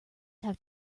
have